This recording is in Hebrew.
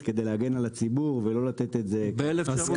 כדי להגן על הציבור ולא לתת את זה --- כמה